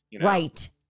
Right